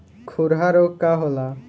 खुरहा रोग का होला?